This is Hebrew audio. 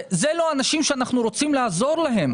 זה לא אנשים שאנחנו רוצים לעזור להם.